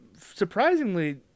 surprisingly